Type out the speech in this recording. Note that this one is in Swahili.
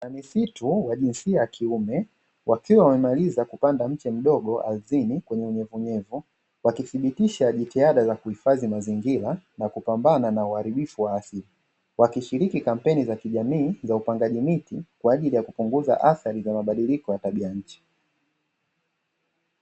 Bwana misitu wa jinsia ya kiume, wakiwa wamemaliza kupanda mche mdogo ardhini kwenye unyevunyevu wakithibitisha jitihada za kuhifadhi mazingira na kupambana na uharibifu wa asili, wakishiriki kampeni za kijamii za upandaji miti kwa ajili ya kupunguza athari za mabadilko ya tabia ya nchi.